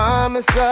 Promise